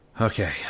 okay